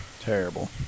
Terrible